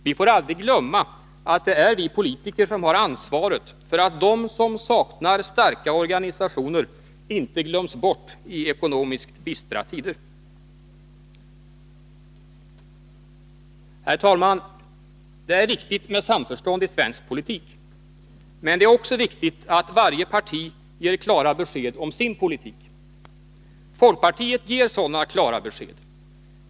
Vi får aldrig glömma att det är vi politiker som har ansvaret för att de som saknar starka organisationer inte glöms bort i ekonomiskt bistra tider. Herr talman! Det är viktigt med samförstånd i svensk politik, men det är också viktigt att varje parti ger klara besked om sin politik. Folkpartiet ger sådana klara besked.